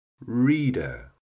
Reader